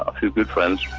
ah two good friends,